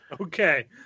okay